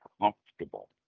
comfortable